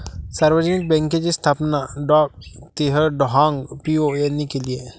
सार्वजनिक बँकेची स्थापना डॉ तेह हाँग पिओ यांनी केली आहे